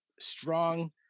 strong